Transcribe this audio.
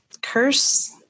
curse